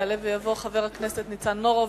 יעלה ויבוא חבר הכנסת ניצן הורוביץ,